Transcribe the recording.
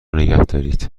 نگهدارید